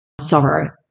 sorrow